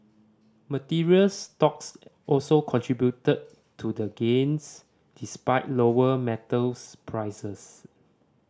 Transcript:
materials stocks also contributed to the gains despite lower metals prices